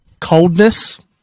coldness